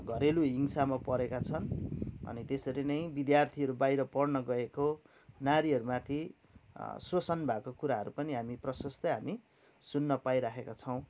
घरेलु हिंसामा परेका छन् अनि त्यसरी नै विद्यार्थीहरू बाहिर पढ्न गएको नारीहरूमाथि शोषण भएको कुराहरू पनि हामी प्रशस्तै हामी सुन्न पाइराखेका छौँ